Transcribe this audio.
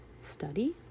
study